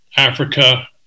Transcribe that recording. Africa